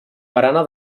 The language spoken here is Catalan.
barana